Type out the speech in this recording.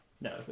No